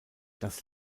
das